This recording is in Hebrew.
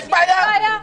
יש בעיה,